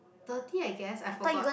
thirty I guess I forgot